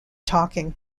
talking